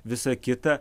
visa kita